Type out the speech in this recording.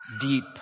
deep